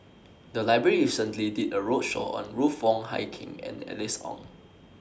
The Library recently did A roadshow on Ruth Wong Hie King and Alice Ong